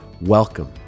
Welcome